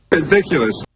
Ridiculous